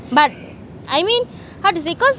but I mean how to say cause